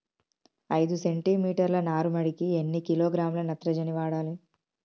ఐదు సెంటి మీటర్ల నారుమడికి ఎన్ని కిలోగ్రాముల నత్రజని వాడాలి?